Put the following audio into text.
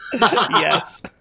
Yes